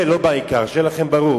שיהיה לכם ברור